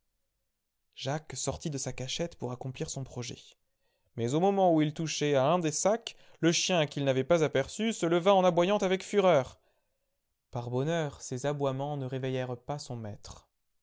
jacques sortit de sa cachette pour accomplir son projet mais au moment où il touchait à un des sacs le chien qu'il n'avait pas aperçu se leva en aboyant avec fureur par bonheur ses aboiements ne réveillèrent pas son maître